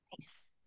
Nice